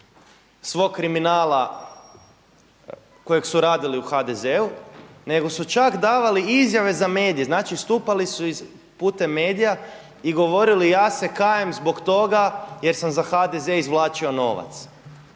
svog kriminala kojeg su radili u HDZ-u nego su čak davali izjave za medije. Znači istupali su putem medija i govorili ja se kajem zbog toga jer sam za HDZ izvlačio novac.